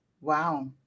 wow